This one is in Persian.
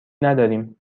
نداریم